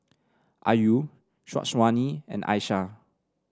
Ayu Syazwani and Aishah